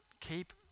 keep